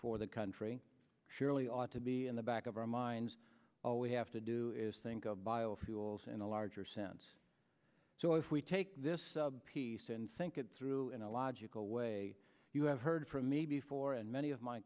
for the country surely ought to be in the back of our minds all we have to do is think of biofuels in a larger sense so if we take this piece and think it through in a logical way you have heard for me before and many of my